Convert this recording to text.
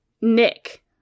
Nick